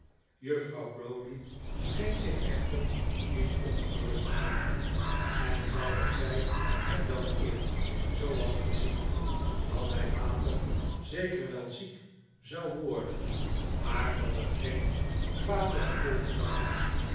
juffrouw browdie scheen zich echter niet ongerust te maken en zei dat zij hem wel meer zoo had gezien dat hij nikolaas nickleby later zeker wel ziek zou worden maar dat het geen kwade gevolgen zou hebben